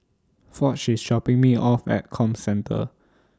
Foch IS dropping Me off At Comcentre